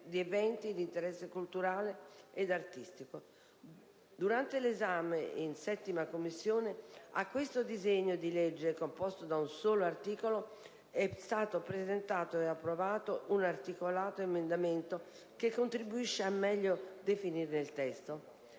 Durante l'esame in 7a Commissione, a questo disegno di legge, composto da un solo articolo, è stato presentato e approvato un articolato emendamento, che contribuisce a meglio definirne il testo.